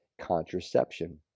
contraception